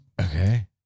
Okay